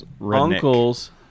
uncle's